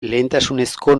lehentasunezko